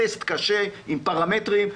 טסט קשה עם פרמטרים.